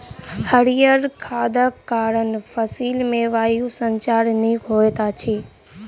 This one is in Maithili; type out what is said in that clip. हरीयर खादक कारण फसिल मे वायु संचार नीक होइत अछि